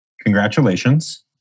Congratulations